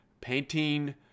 painting